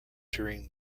during